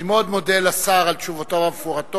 אני מאוד מודה לשר על תשובותיו המפורטות,